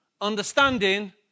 understanding